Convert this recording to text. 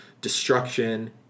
destruction